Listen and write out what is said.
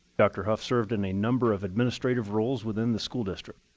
dr. hough served in a number of administrative roles within the school district.